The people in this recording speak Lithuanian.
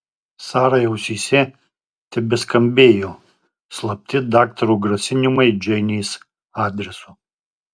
sarai ausyse tebeskambėjo slapti daktaro grasinimai džeinės adresu